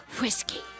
whiskey